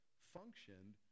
functioned